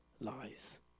lies